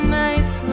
nights